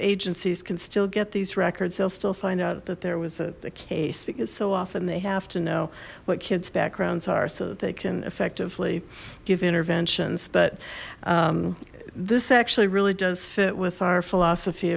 agencies can still get these records they'll still find out that there was a the case because so often they have to know what kid's backgrounds are so that they can effectively give interventions but this actually really does fit with our philosophy